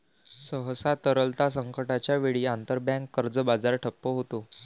सहसा, तरलता संकटाच्या वेळी, आंतरबँक कर्ज बाजार ठप्प होतो